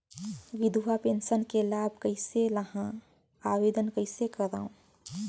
विधवा पेंशन के लाभ कइसे लहां? आवेदन कइसे करव?